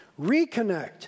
Reconnect